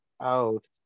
out